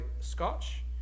scotch